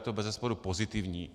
Je to bezesporu pozitivní.